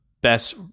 best